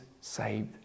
saved